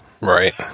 Right